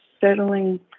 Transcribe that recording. settling